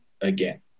again